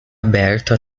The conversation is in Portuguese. aberto